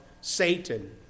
Satan